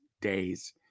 days